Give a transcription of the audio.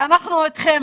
ואנחנו איתכם.